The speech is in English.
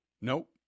Nope